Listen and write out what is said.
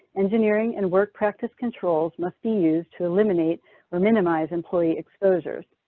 engineering and work practice controls must be used to eliminate or minimize employee exposures.